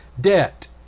debt